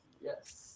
Yes